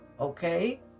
Okay